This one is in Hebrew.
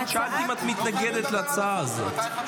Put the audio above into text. לכן שאלתי: האם את מתנגדת להצעה הזאת?